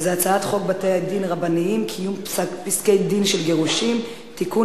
וזה הצעת חוק בתי-דין רבניים (קיום פסקי-דין של גירושין) (תיקון,